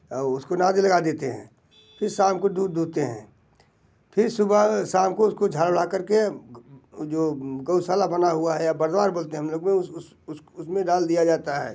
और उसको नाके में लगा देते हैं फिर शाम को दूध दुहते हैं फिर सुबह शाम को उसको झाड़ू लगा कर के जो गउशाला बना हुआ है यहाँ पर द्वार बोलते हैं हम लोग में उस उस उस उसमें डाल दिया जाता है